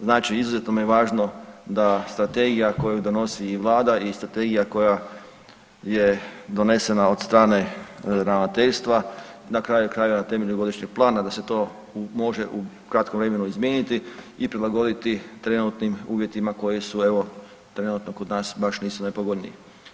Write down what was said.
Znači izuzetno nam je važno da strategija koju donosi Vlada i strategija koja je donesena od strane ravnateljstva na kraju krajeva temeljem godišnjeg plana da se to može u kratkom vremenu izmijeniti i prilagoditi trenutnim uvjetima koji su evo trenutno kod nas baš nisu najpovoljniji.